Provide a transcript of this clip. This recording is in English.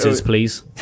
please